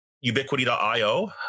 Ubiquity.io